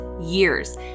years